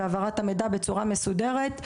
והעברת המידע בצורה מסודרת,